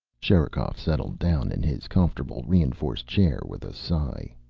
sherikov settled down in his comfortable reinforced chair with a sigh.